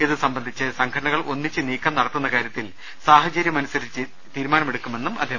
ഇത് സംബന്ധിച്ച് സംഘടനകൾ ഒന്നിച്ച് നീക്കം നടത്തുന്ന കാര്യ ത്തിൽ സാഹചര്യമനുസരിച്ച് തീരുമാനമെടു ക്കുമെന്നും അദ്ദേഹം അറിയിച്ചു